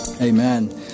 Amen